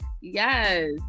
yes